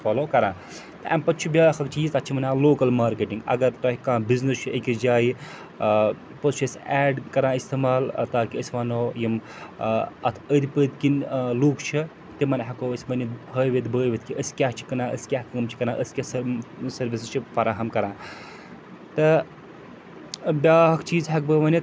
follow کَران تہٕ اَمہِ پَتہٕ چھُ بیٛاکھ اَکھ چیٖز تَتھ چھِ وَنان لوکَل مارکیٹِنٛگ اگر تۄہہِ کانٛہہ بِزنیٚس چھُ أکِس جایہِ ٲں پوٚتس چھِ أسۍ ایڈ کَران استعمال ٲں تاکہِ أسۍ وَنو یِم ٲں اَتھ أنٛدۍ پٔتۍ کِنۍ ٲں لوٗکھ چھِ تِمَن ہیٚکو أسۍ ؤنِتھ ہٲوِتھ بٲوِتھ کہِ أسۍ کیٛاہ چھِ کٕنان أسۍ کیٛاہ کٲم چھِ کَران أسۍ کیٛاہ سٔر سٔروِسِز چھِ فراہَم کَران تہٕ بیٛاکھ چیٖز ہیٚکہٕ بہٕ ؤنِتھ